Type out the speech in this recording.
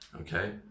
Okay